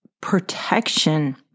protection